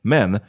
Men